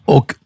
Och